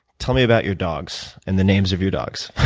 tell me about your dogs and the names of your dogs.